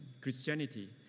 Christianity